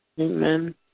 Amen